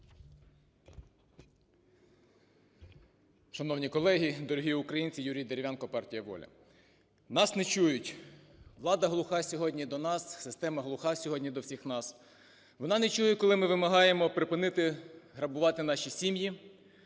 Шановні колеги, дорогі українці! Юрій Дерев'янко, партія "Воля". Нас не чують, влада глуха сьогодні до нас, система глуха сьогодні до всіх нас, вона не чує, коли ми вимагаємо припинити грабувати наші сім'ї,